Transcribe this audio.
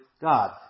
God